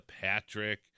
Patrick